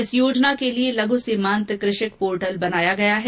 इस योजना के लिए लघु सीमांत कृषक पोर्टल बनाया गया है